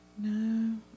No